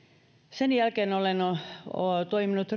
sen jälkeen olen toiminut